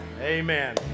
Amen